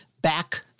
back